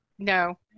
No